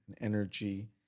energy